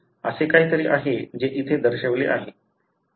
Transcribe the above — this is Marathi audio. तर हे असे काहीतरी आहे जे इथे दर्शविले आहे